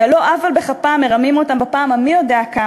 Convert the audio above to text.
שעל לא עוול בכפם מרמים אותם בפעם המי-יודע-כמה.